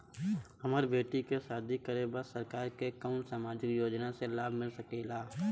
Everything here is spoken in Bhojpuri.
हमर बेटी के शादी करे के बा सरकार के कवन सामाजिक योजना से लाभ मिल सके ला?